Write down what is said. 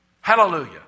Hallelujah